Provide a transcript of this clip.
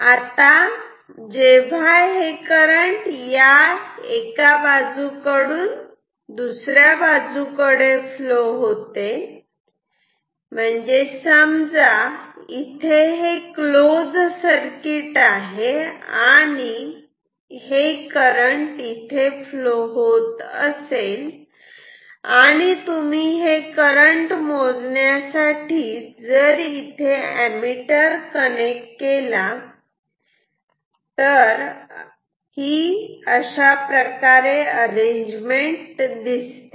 आता जेव्हा हे करंट या एका बाजूकडून दुसऱ्या बाजूकडे फ्लो होते समजा इथे हे क्लोज सर्किट आहे आणि हे करंट इथे फ्लो होत असेल आणि तुम्ही हे करंट मोजण्यासाठी जर इथे एमीटर कनेक्ट केला तर ही अशाप्रकारे अरेंजमेंट दिसते